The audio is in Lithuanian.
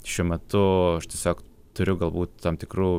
šiuo metu aš tiesiog turiu galbūt tam tikrų